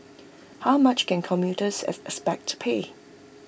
how much can commuters expect to pay